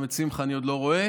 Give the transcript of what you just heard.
גם את שמחה אני עוד לא רואה,